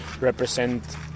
represent